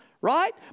Right